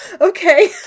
Okay